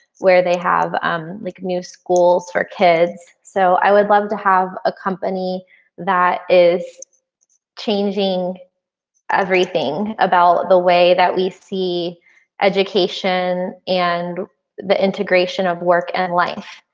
where they have like new schools for kids, so i would love to have a company that is changing everything about the way that we see education and the integration of work and life.